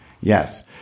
yes